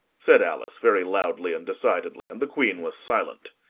said alice, very loudly and decidedly, and the queen was silent.